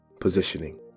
Positioning